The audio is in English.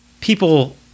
People